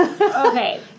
okay